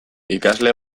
ikasle